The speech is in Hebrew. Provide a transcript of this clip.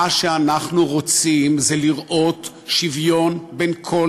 מה שאנחנו רוצים זה לראות שוויון בין כל